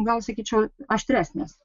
gal sakyčiau aštresnės